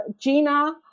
Gina